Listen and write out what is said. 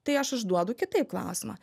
tai aš užduodu kitaip klausimą